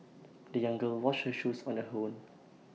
the young girl washed her shoes on her own